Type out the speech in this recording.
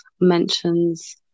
mentions